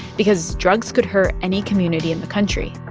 because drugs could hurt any community in the country.